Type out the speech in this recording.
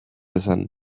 esan